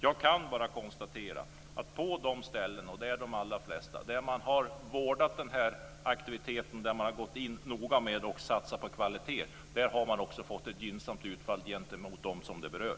Jag kan bara konstatera att på de ställen, och det är de allra flesta, där man har vårdat den här aktiviteten, där man noga har gått in för att satsa på kvalitet har man också fått ett gynnsamt utfall gentemot dem det berör.